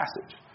passage